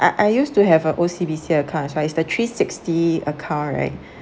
I I used to have a O_C_B_C account as well is the three sixty account right